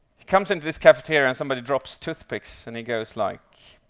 he comes into this cafeteria, and somebody drops toothpicks, and he goes like,